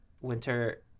winter